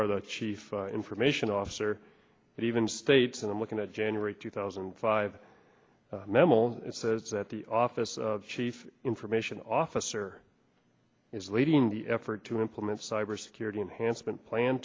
are the chief information officer but even states and i'm looking at january two thousand and five memel says that the office of chief information officer is leading the effort to implement cyber security enhancement plan